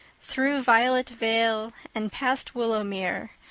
through violet vale and past willowmere,